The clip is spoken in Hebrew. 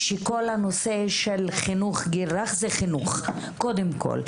שכל הנושא של חינוך גיל הרך זה חינוך קודם כל.